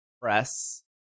press